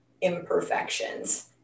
imperfections